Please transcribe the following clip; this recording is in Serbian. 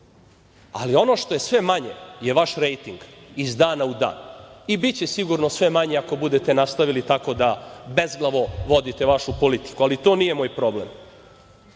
ali ono što je sve manje je vaš rejting iz dana u dan i biće sigurno sve manji ako budete nastavili tako da bezglavo vodite vašu politiku, ali to nije moj